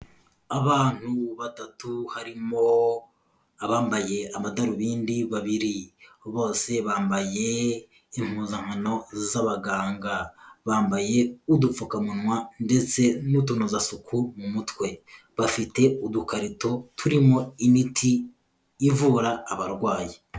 Abantu batatu harimo abambaye amadarubindi babiri, bose bambaye impuzankano z'abaganga bambaye udupfukamunwa ndetse n'utunozasuku mu mutwe, bafite udukarito turimo imiti ivura abarwayi.